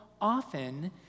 often